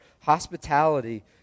Hospitality